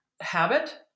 habit